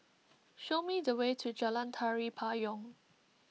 show me the way to Jalan Tari Payong